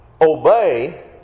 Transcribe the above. Obey